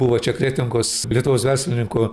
buvo čia kretingos lietuvos verslininkų